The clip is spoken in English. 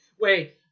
wait